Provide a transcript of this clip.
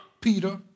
Peter